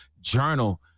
journal